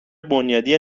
بنیادی